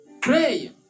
Pray